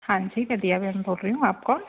हाँ जी मैं दिया मैम बोल रही हूँ आप कौन